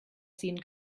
ziehen